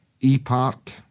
e-park